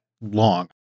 long